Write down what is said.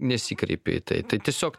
nesikreipi į tai tai tiesiog